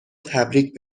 تبریک